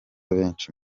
benshi